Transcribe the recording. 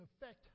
effect